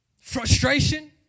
frustration